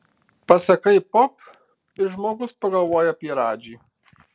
pasakai pop ir žmogus pagalvoja apie radžį